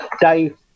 Dave